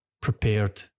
prepared